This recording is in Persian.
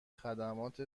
خدمات